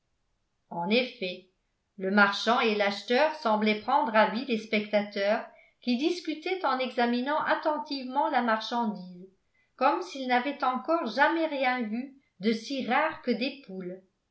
en effet le marchand et l'acheteur semblaient prendre avis des spectateurs qui discutaient en examinant attentivement la marchandise comme s'ils n'avaient encore jamais rien vu de si rare que des poules